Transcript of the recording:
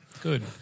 good